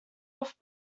off